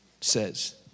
says